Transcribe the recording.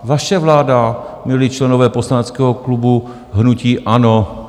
Vaše vláda, milí členové poslaneckého klubu hnutí ANO.